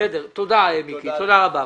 תודה מיקי, תודה רבה.